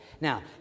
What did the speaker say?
Now